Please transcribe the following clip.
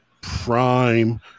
prime